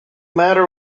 matter